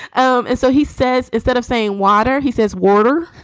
um and so he says instead of saying water, he says water.